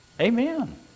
Amen